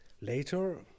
later